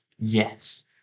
Yes